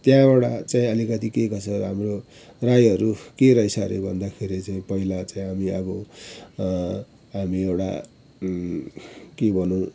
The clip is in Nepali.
त्यहाँबाट चाहिँ अलिकति केही कसो राम्रो राईहरू के रहेछ अरे भन्दाखेरि चाहिँ पहिला चाहिँ हामी अब हामी एउटा के भनौँ